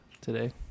today